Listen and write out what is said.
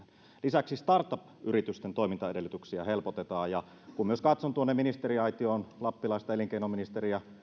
lisäksi startup yritysten toimintaedellytyksiä helpotetaan myös kun katson tuonne ministeriaitioon lappilaista elinkeinoministeriä